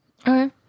Okay